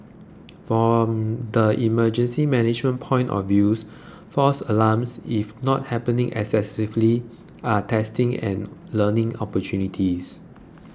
from the emergency management point of views false alarms if not happening excessively are testing and learning opportunities